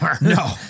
No